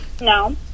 No